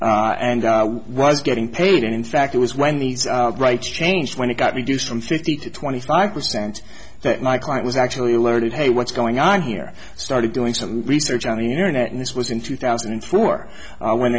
rights and was getting paid in fact it was when these rights changed when it got reduced from fifty to twenty five percent that my client was actually alerted hey what's going on here started doing some research on the internet and this was in two thousand and four when when